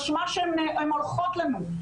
משמע שהן הולכות לנו.